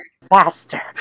disaster